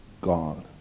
God